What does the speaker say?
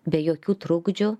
be jokių trukdžių